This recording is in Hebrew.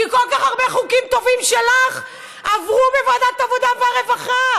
כי כל כך הרבה חוקים טובים שלך עברו בוועדת העבודה והרווחה,